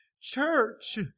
Church